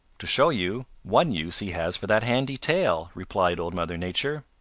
to show you one use he has for that handy tail, replied old mother nature.